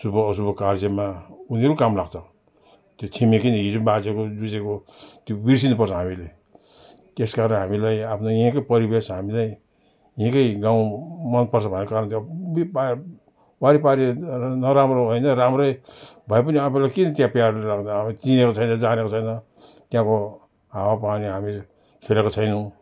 शुभ अशुभ कार्यमा उनीहरू काम लाग्छ त्यो छिमेकी हिजो बाजेको जुझेको त्यो बिर्सनु पर्छ हामीले त्यस कारण हामीलाई आफ्नै यहीँकै परिवेश हामीलाई यहीँकै गाउँ मन पर्छ भनेको कारणले उही पा वारिपारि नराम्रो होइन राम्रै भए पनि आफूलाई किन त्यहाँ प्यारो लाग्नु चिनेको छैन जानेको छैन त्यहाँको हावा पानी हामीले छेलेको छैनौँ